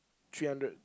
three hundred